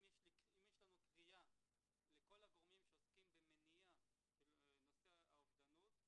אם יש לנו קריאה לכל הגורמים שעוסקים במניעה של נושא האובדנות,